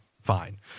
fine